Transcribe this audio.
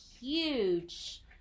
huge